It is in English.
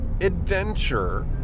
Adventure